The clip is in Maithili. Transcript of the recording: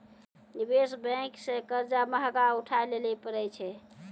निवेश बेंक से कर्जा महगा उठाय लेली परै छै